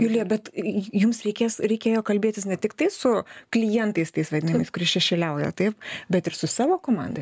julija bet jums reikės reikėjo kalbėtis ne tiktai su klientais tais vadinamais kurie šešėliauja taip bet ir su savo komanda